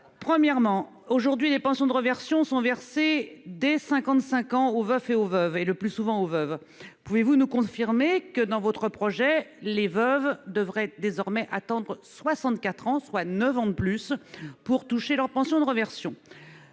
Premièrement, aujourd'hui, les pensions de réversion sont versées dès 55 ans aux veufs et aux veuves, lesquelles sont le plus souvent concernées. Confirmez-vous que, selon votre projet, les veuves devraient désormais attendre 64 ans, soit neuf ans de plus, pour toucher leur pension de réversion ?